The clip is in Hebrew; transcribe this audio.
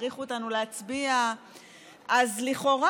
הכריחו אותנו להצביע לכאורה,